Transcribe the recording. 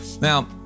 Now